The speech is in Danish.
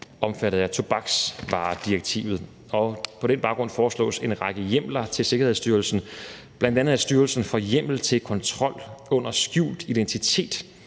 omfattet af tobaksvaredirektivet. På den baggrund foreslås en række hjemler til Sikkerhedsstyrelsen, bl.a. at styrelsen får hjemmel til kontrol under skjult identitet